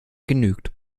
genügt